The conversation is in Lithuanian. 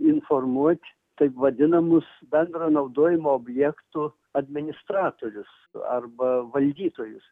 informuot taip vadinamus bendro naudojimo objektų administratorius arba valdytojus